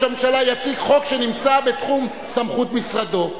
הממשלה יציג חוק שנמצא בתחום סמכות משרדו.